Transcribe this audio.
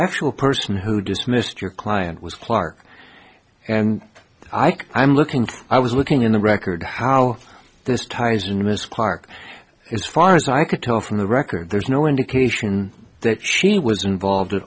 actual person who dismissed your client was clark and i think i'm looking i was looking in the record how this ties in miss park as far as i can tell from the record there's no indication that she was involved at